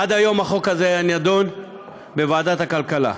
עד היום החוק הזה נדון בוועדת הכלכלה.